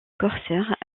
corsaire